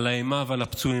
האימה והפצועים.